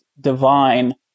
Divine